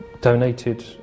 donated